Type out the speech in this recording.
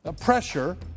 pressure